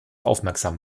aufmerksam